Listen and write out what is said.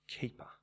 keeper